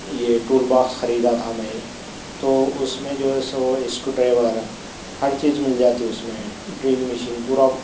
یہ tool box خریدا تھا میں تو اُس میں جو ہے سو اس کو ڈائیور ہر چیز مل جاتی اُس میں ڈرل مشین پورا